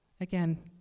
again